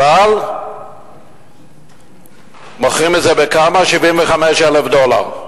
אבל מוכרים את זה בכמה, 75,000 דולר,